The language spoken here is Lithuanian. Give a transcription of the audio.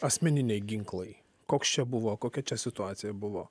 asmeniniai ginklai koks čia buvo kokia čia situacija buvo